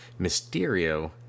Mysterio